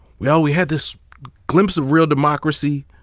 well, we had this glimpse of real democracy,